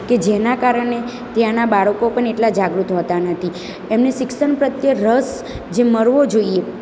કે જેના કારણે ત્યાંના બાળકો પણ એટલા જાગૃત હોતા નથી એમની શિક્ષન પ્રત્યે રસ જે મળવો જોઈએ